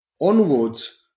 onwards